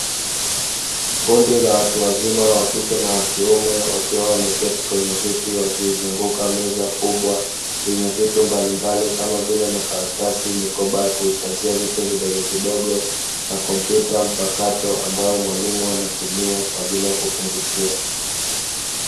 Kundi la watu wazima wa kike na wa kiume wakiwa wameketi kwenye viti wa kizunguka meza kubwa yenye vitu mbalimbali kama vile makaratasi, mikoba ya kuhifadhia vitu vidogovidogo, na kompyuta mpakato ambayo mwalimu anatumia kwa ajili ya kufundishia.